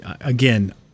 again